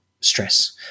stress